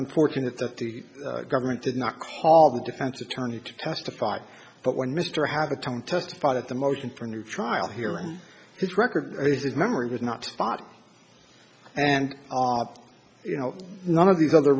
unfortunate that the government did not call the defense attorney to testify but when mr have a time testified at the motion for new trial hearing his record his memory was not bot and you know none of these other